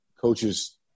coaches